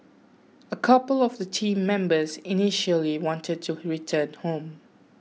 a couple of the team members initially wanted to return home